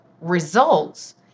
results